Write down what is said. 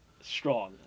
strong